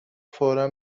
فورا